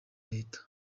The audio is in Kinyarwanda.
leta